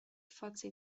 forza